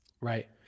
Right